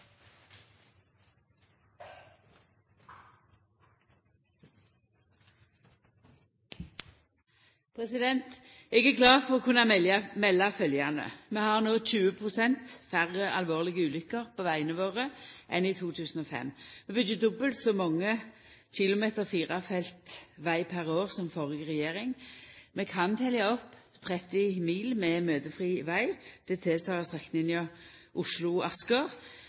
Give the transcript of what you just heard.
med? Eg er glad for å kunna melda følgjande: Vi har no 20 pst. færre alvorlege ulukker på vegane våre enn i 2005. Vi byggjer dobbelt så mange kilometer firefelts veg per år som den førre regjeringa. Vi kan telja opp 30 mil med møtefri veg.